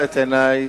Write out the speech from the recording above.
אדוני,